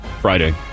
Friday